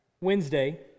Wednesday